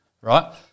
Right